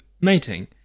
mating